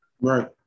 Right